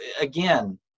again